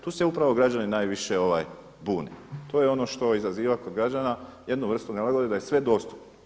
Tu se upravo građani najviše bune, to je ono što izaziva kod građana jednu vrstu nelagode da je sve dostupno.